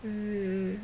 mm